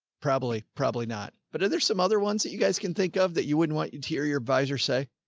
probably, probably not. but are there some other ones that you guys can think of that you wouldn't want you to hear your advisor say.